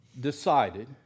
decided